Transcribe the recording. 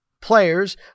players